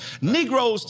Negroes